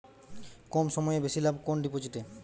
কম সময়ে বেশি লাভ কোন ডিপোজিটে?